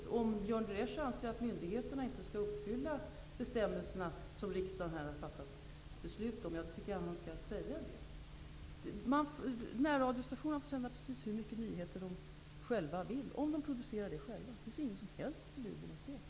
Om Björn von der Esch anser att myndigheterna inte skall uppfylla de bestämmelser som riksdagen har fattat beslut om tycker jag att han skall säga det. Närradiostationerna får sända precis hur mycket nyheter de själva vill om de producerar dem själva. Det finns inget som helst förbud mot detta.